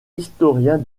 historien